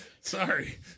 Sorry